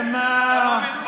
מועיל לאזרח הערבי.